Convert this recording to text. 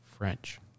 French